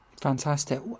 Fantastic